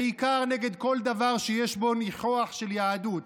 בעיקר נגד כל דבר שיש בו ניחוח של יהדות.